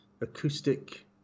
acoustic